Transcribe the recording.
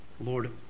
Lord